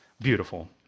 beautiful